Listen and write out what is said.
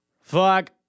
fuck